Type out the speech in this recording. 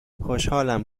خوشحالم